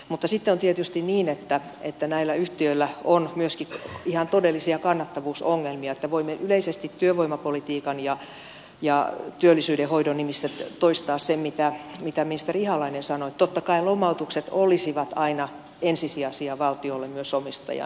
mutta sitten on tietysti niin että näillä yhtiöillä on myöskin ihan todellisia kannattavuusongelmia että voimme yleisesti työvoimapolitiikan ja työllisyyden hoidon nimissä toistaa sen mitä ministeri ihalainen sanoi että totta kai lomautukset olisivat aina ensisijaisia valtiolle myös omistajana verrattuna irtisanomisiin